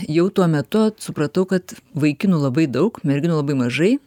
jau tuo metu supratau kad vaikinų labai daug merginų labai mažai